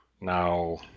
now